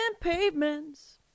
pavements